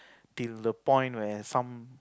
till the point where some